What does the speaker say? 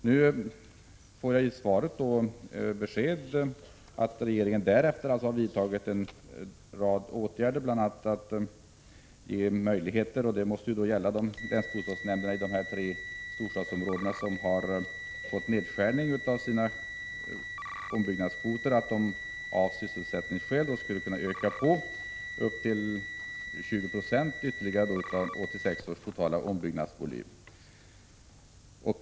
Nu får jag i svaret besked att regeringen därefter har vidtagit en rad åtgärder, bl.a. för att ge — såvitt jag förstår — länsbostadsnämnderna i de tre storstadsområden som har fått nedskärningar av sina ombyggnadskvoter möjligheter att av sysselsättningsskäl öka på dessa upp till ytterligare 20 96 av 1986 års totala ombyggnadsvolym.